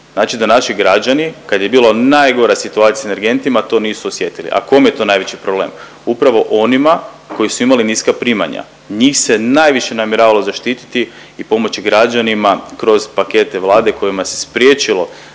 Znači da naši građani, kad je bilo najgora situacija s energentima to nisu osjetili. A kome je to najveći problem? Upravo onima koji su imali niska primanja. Njih se najviše namjeravalo zaštititi i pomoći građanima kroz pakete Vlade kojima se spriječilo